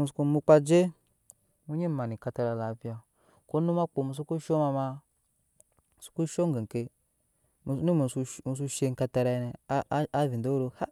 Mu soko mukpa je mu onyi maa ne katara lapiya ko num ma kipo mu sho mama soko sho eŋge oŋke onum mu mosu she katarai ave derooa